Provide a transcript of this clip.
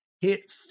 hit